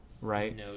Right